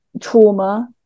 trauma